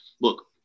look